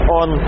on